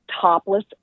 topless